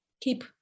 keep